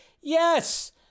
Yes